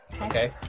Okay